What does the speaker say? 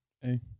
Hey